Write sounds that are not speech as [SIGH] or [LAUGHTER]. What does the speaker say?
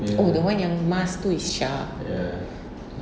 oh the one yang mask tu is shah [BREATH]